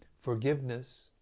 Forgiveness